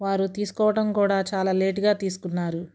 వారు తీసుకోవటం కూడా చాలా లేటుగా తీసుకున్నారు